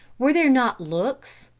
were there not looks,